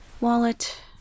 Wallet